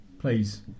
Please